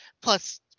Plus